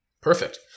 perfect